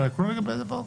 הייתה לקונה לגבי זה פה?